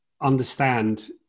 understand